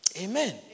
Amen